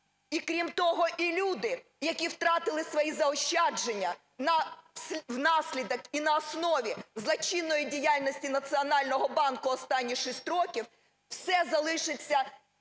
і крім того, і люди, які втратили свої заощадження внаслідок і на основі злочинної діяльності Національного банку останні 6 років, все залишиться